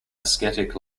ascetic